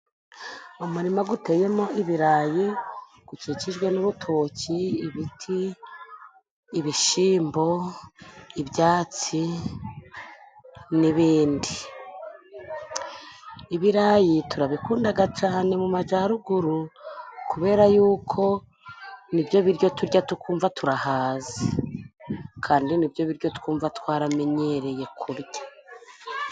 Umurima uteyemo ibirayi ukikijwe n'ubutoki, ibiti, ibishyimbo, ibyatsi, n'indi . Ibirayi turabikunda cyane mu majyaruguru, kubera yuko n'ibyo biryo turya tukumva turahaze, kandi ni nibyo biryo twumva twaramenyereye kurya.